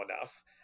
enough